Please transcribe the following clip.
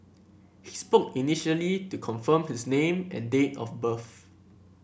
he spoke initially to confirm his name and date of birth